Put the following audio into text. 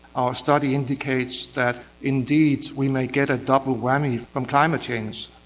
our study indicates that indeed we may get a double whammy from climate change.